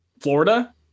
Florida